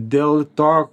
dėl to